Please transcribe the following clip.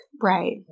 Right